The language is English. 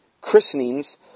christenings